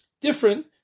different